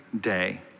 day